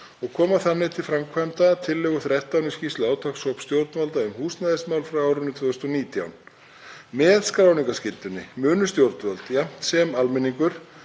og koma þannig til framkvæmda tillögu 13 í skýrslu átakshóps stjórnvalda um húsnæðismál frá árinu 2019. Með skráningarskyldunni munu stjórnvöld jafnt sem almenningur